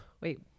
wait